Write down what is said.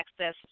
access